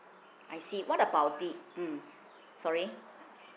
I see what about the mm sorry